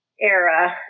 era